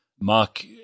Mark